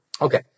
Okay